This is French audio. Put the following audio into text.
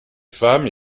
femmes